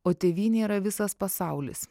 o tėvynė yra visas pasaulis